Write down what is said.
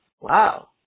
Wow